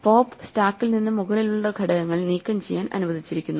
pop സ്റ്റാക്കിൽ നിന്ന് മുകളിലുള്ള ഘടകങ്ങൾ നീക്കംചെയ്യാൻ അനുവദിച്ചിരിക്കുന്നു